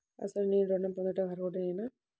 అసలు నేను ఋణం పొందుటకు అర్హుడనేన?